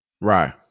Right